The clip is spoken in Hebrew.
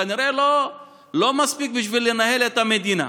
כנראה לא מספיק בשביל לנהל את המדינה.